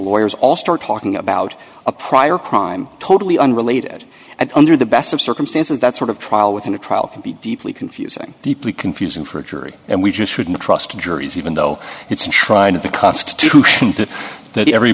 lawyers all start talking about a prior crime totally unrelated and under the best of circumstances that sort of trial within a trial can be deeply confusing deeply confusing for a jury and we just shouldn't trust juries even though it's a shrine of the cust and that every